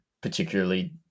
particularly